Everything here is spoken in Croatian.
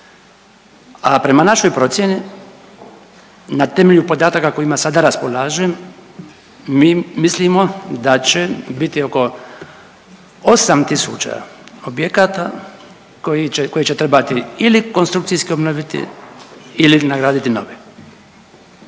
A prema našoj procjeni na temelju podataka kojima sada raspolažem mi mislimo da će biti oko 8 tisuća objekata koji će, koje će trebati ili konstrukciji obnoviti ili nagraditi nove.